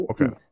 Okay